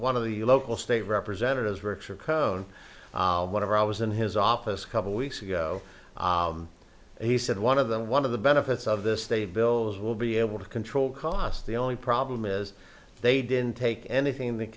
one of the local state representatives richard cohn one of our i was in his office a couple weeks ago and he said one of them one of the benefits of this state bills will be able to control costs the only problem is they didn't take anything th